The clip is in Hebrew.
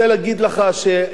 אחרי מלחמת ששת הימים,